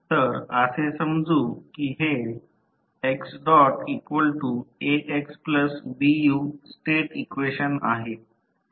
तर असे समजू की हे xAxBu स्टेट इक्वेशन आहे